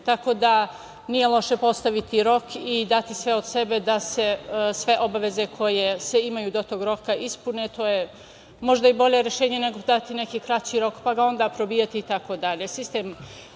tako da nije loše postaviti rok i dati sve od sebe da se sve obaveze koje se imaju do tog roka ispune. To je možda i bolje rešenje nego dati neki kraći rok pa ga onda probijati itd.